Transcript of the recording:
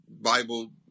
Bible